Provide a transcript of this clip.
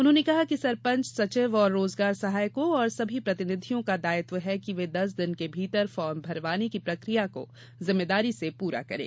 उन्होंने कहा कि सरपंच सचिव और रोजगार सहायकों एवं सभी प्रतिनिधियों को दायित्व है कि वे दस दिन के भीतर फार्म भरवाने की प्रकिया को जिम्मेदारी से पूरा करें